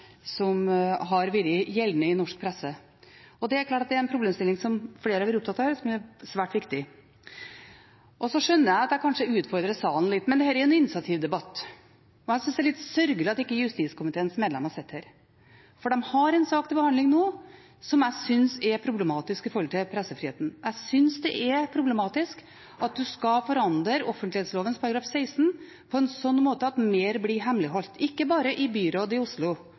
som har vært gjeldende i norsk presse. Det er klart at det er en problemstilling som flere har vært opptatt av, og som er svært viktig. Så skjønner jeg at jeg kanskje utfordrer salen litt, men dette er en initiativdebatt, og jeg synes det er litt sørgelig at ikke justiskomiteens medlemmer sitter her, for de har en sak til behandling nå som jeg synes er problematisk med hensyn til pressefriheten. Jeg synes det er problematisk at en skal forandre offentlighetsloven § 16 på en slik måte at mer blir hemmeligholdt, ikke bare i byrådet i Oslo,